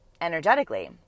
energetically